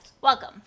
Welcome